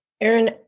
Aaron